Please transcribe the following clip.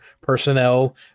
personnel